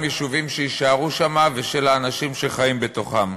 יישובים שיישארו שם ושל האנשים שחיים בתוכם.